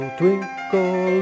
twinkle